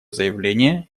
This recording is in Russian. заявление